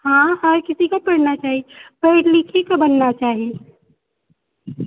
हँ आइ काल्हि ठीके पढ़नाइ चाही पढि लिखेक बनना चाही